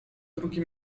drugi